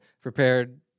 Prepared